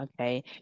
Okay